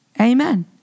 Amen